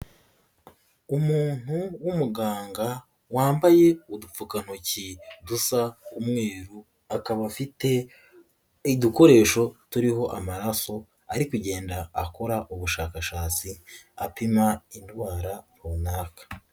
Umuntu w'umuganga wambaye udupfukantoki dusa umweru, akaba afite udukoresho turiho amaraso ari kugenda akora ubushakashatsi apima indwara runaka.